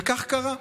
וכך קרה.